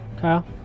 Kyle